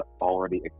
already